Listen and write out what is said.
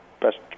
best